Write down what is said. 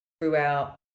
throughout